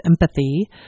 empathy